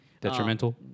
Detrimental